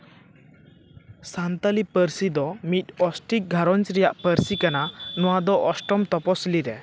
ᱥᱟᱱᱛᱟᱞᱤ ᱯᱟᱹᱨᱥᱤ ᱫᱚ ᱢᱤᱫ ᱚᱥᱴᱤᱠ ᱜᱷᱟᱨᱚᱸᱡᱽ ᱨᱮᱭᱟᱜ ᱯᱟᱹᱨᱥᱤ ᱠᱟᱱᱟ ᱱᱚᱣᱟ ᱫᱚ ᱚᱥᱴᱚᱢ ᱛᱚᱯᱚᱥᱤᱞᱤ ᱨᱮ